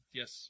yes